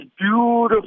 beautiful